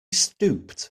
stooped